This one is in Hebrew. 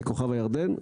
כוכב הירדן,